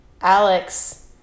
Alex